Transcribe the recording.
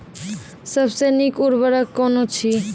सबसे नीक उर्वरक कून अछि?